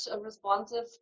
responsive